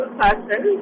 person